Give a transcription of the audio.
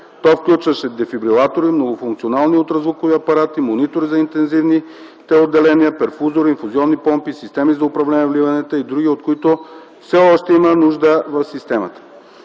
То включваше дефибрилатори, многофункционални ултразвукови апарати, монитори за интензивните отделения, перфузори, инфузионни помпи, системи за управление на вливанията и др., от които все още има нужда в системата.